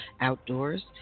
outdoors